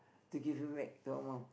to give you back to our mum